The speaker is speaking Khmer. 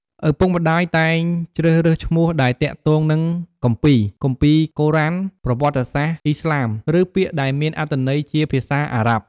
ឪពុកម្តាយតែងជ្រើសរើសឈ្មោះដែលទាក់ទងនឹងគម្ពីរ គម្ពីរកូរ៉ាន ប្រវត្តិសាស្ត្រឥស្លាម ឬពាក្យដែលមានអត្ថន័យជាភាសា អារ៉ាប់។